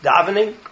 davening